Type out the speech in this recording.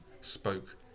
spoke